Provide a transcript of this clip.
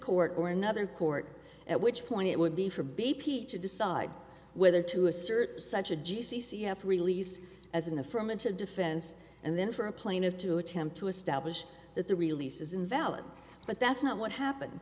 court or another court at which point it would be for b p to decide whether to assert such a g c c f release as an affirmative defense and then for a plain of to attempt to establish that the release is invalid but that's not what happened